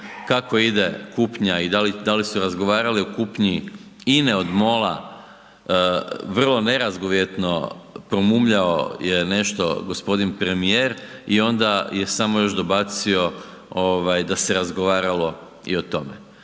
kako ide kupnja i da li su razgovarali o kupnji INA-e od MOL-a, vrlo nerazgovjetno promumljao je nešto g. premijer i onda je samo još dobacio da se razgovaralo i o tome.